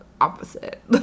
opposite